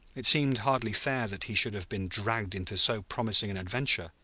it seemed hardly fair that he should have been dragged into so promising an adventure,